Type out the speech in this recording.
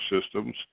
Systems